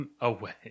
Away